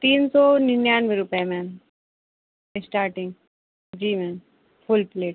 तीन सौ निन्यानवे रुपये मैम इस्टाटिंग जी मैम फ़ुल प्लेट